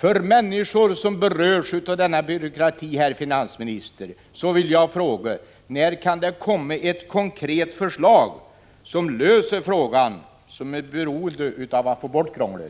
Med tanke på människor som berörs av denna byråkrati, herr finansminister, vill jag fråga: När kan det komma ett konkret förslag, som löser de här problemen för dem som är beroende av att få bort krånglet?